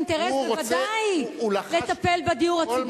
לש"ס בוודאי יש אינטרס לטפל בדיור הציבורי.